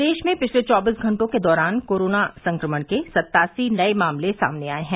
प्रदेश में पिछले चौबीस घंटों के दौरान कोरोना संक्रमण के सत्तासी नये मामले आये है